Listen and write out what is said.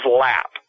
lap